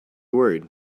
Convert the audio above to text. worried